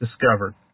discovered